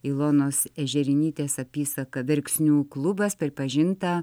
ilonos ežerinytės apysaka verksnių klubas pripažinta